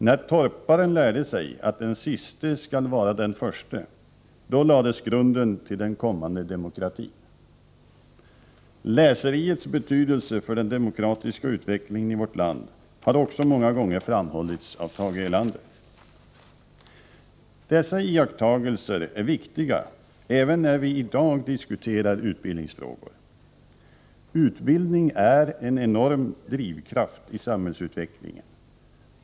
När torparen lärde sig att den siste skall var den förste då lades grunden till den kommande demokratin.” ”Läseriets” betydelse för den demokratiska utvecklingen i vårt land har också många gånger framhållits av Tage Erlander. Dessa iakttagelser är viktiga även när vi i dag diskuterar utbildningsfrågor. Utbildning är en enorm drivkraft i samhällsutvecklingen.